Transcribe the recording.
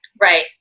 Right